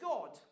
God